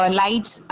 lights